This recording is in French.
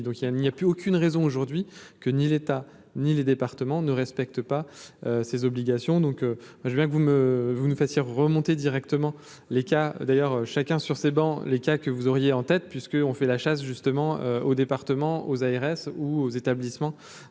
il n'y a plus aucune raison aujourd'hui que ni l'État ni les départements ne respecte pas ses obligations, donc moi je veux bien que vous me vous me fassiez remonter directement les cas d'ailleurs chacun sur ces bancs, les cas que vous auriez en tête puisqu'on fait la chasse justement aux départements, aux ARS ou aux établissements